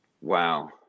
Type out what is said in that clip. Wow